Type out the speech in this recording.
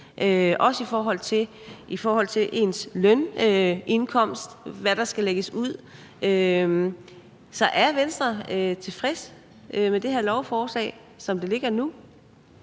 også i forhold til ens lønindkomst – hvad der skal lægges ud. Så er Venstre tilfreds med det her lovforslag, som det ligger nu?